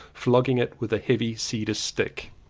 flogging it with a heavy cedar stick.